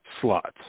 slots